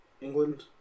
England